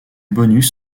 bonus